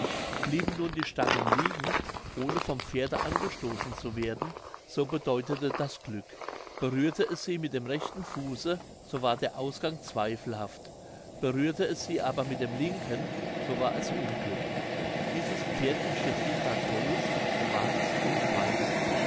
blieben nun die stangen liegen ohne vom pferde angestoßen zu werden so bedeutete das glück berührte es sie mit dem rechten fuße so war der ausgang zweifelhaft berührte es sie aber mit den linken so war es unglück dieses pferd in stettin war groß schwarz und feist